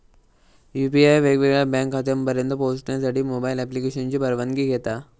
UPI वेगवेगळ्या bank खात्यांपर्यंत पोहचण्यासाठी मोबाईल ॲप्लिकेशनची परवानगी घेता